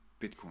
Bitcoin